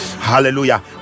Hallelujah